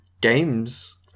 games